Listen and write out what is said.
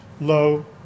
low